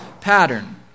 pattern